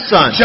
Son